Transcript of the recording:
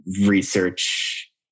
research